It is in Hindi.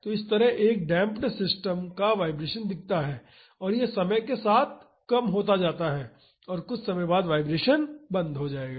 तो इस तरह एक डेमप्ड सिस्टम का वाइब्रेशन दिखता है और यह समय के साथ कम हो जाता है और कुछ समय बाद वाइब्रेशन बंद हो जाता है